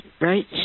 Right